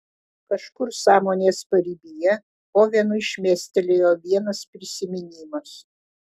kažkur sąmonės paribyje ovenui šmėstelėjo vienas prisiminimas